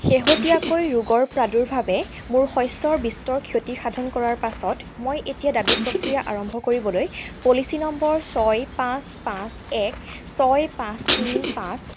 শেহতীয়াকৈ ৰোগৰ প্ৰাদুৰ্ভাৱে মোৰ শস্যৰ বিস্তৰ ক্ষতি সাধন কৰাৰ পাছত মই এতিয়া দাবী প্ৰক্ৰিয়া আৰম্ভ কৰিবলৈ পলিচি নম্বৰ ছয় পাঁচ পাঁচ এক ছয় পাঁচ তিনি পাঁচ